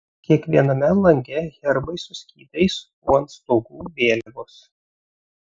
kiekviename lange herbai su skydais o ant stogų vėliavos